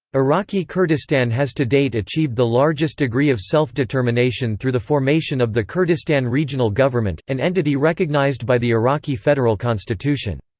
iraqi kurdistan has to date achieved the largest degree of self-determination through the formation of the kurdistan regional regional government, an entity recognised by the iraqi federal constitution.